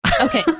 Okay